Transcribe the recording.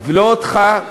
ולא אותך,